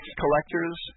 collectors